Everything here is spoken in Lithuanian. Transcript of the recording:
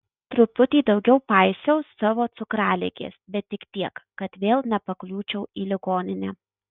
truputį daugiau paisiau savo cukraligės bet tik tiek kad vėl nepakliūčiau į ligoninę